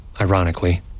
ironically